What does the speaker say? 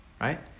right